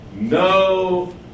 no